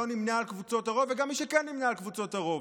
בכל מי שלא נמנה עם קבוצות הרוב וגם במי שכן נמנה עם קבוצות הרוב.